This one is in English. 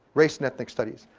race and ethnic studies.